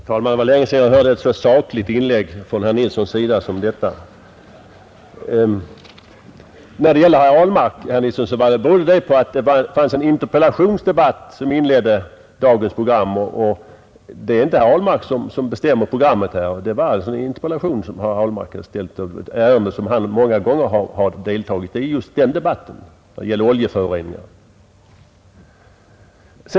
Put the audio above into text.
Herr talman! Det var länge sedan jag hörde ett så sakligt inlägg som detta från herr Nilsson i Kalmar. När det gäller herr Ahlmarks många inlägg beror dessa på att en interpellationsdebatt inledde dagens program, och det är inte herr Ahlmark som bestämmer programmet. Herr Ahlmark deltog i en interpellationsdebatt i ett ärende som han många gånger har engagerat sig i, nämligen i frågan om oljeföroreningar.